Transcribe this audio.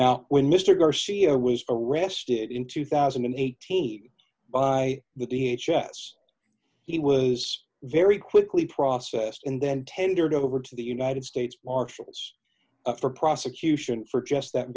now when mr garcia was arrested in two thousand and eighteen by the h s he was very quickly process and then tendered over to the united states marshals for prosecution for just that